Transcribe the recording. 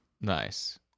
Nice